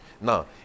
Now